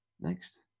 next